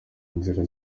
nzira